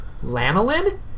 Lanolin